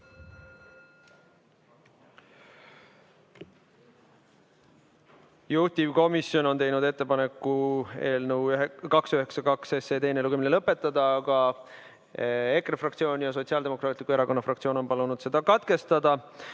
Juhtivkomisjon on teinud ettepaneku eelnõu 292 teine lugemine lõpetada, aga EKRE fraktsioon ja Sotsiaaldemokraatliku Erakonna fraktsioon on palunud selle katkestada.